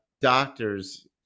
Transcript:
doctors